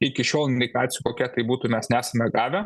iki šiol indikacijų kokia tai būtų mes nesame gavę